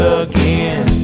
again